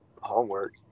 Homework